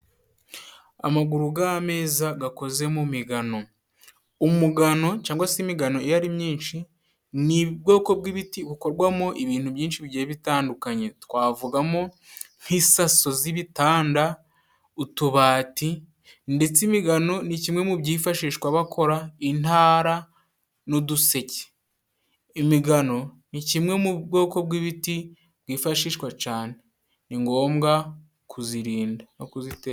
Amaguru g'ameza gakoze mu migano. Umugano cyangwa se imigano iyo ari myinshi, ni ubwoko bw'ibiti bukorwamo ibintu byinshi bigiye bitandukanye. Twavugamo nk'isaso z'ibitanda, utubati, ndetse imigano ni kimwe mu byifashishwa bakora intara n'uduseke. imigano ni kimwe mu bwoko bw'ibiti bwifashishwa cane ni ngombwa kuzirinda no kuzitera.